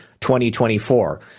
2024